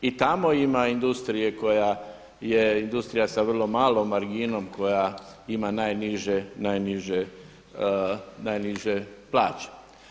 I tamo ima industrije koja je industrija sa vrlo malom marginom koja ima najniže plaće.